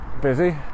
busy